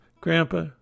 Grandpa